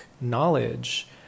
knowledge